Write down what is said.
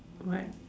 correct